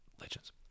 legends